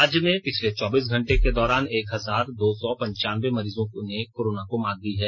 राज्य में पिछले चौबीस घंटे के दौरान एक हजार दो सौ पंचानबे मरीजों ने कोरोना को मात दी है